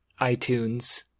iTunes